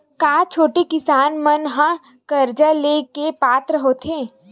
का छोटे किसान मन हा कर्जा ले के पात्र होथे?